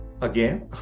again